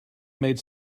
made